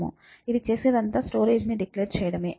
ఇది చేసేదంతా స్టోరేజ్ ని డిక్లేర్ చేయడమే